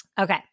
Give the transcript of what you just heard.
Okay